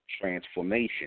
transformation